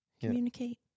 Communicate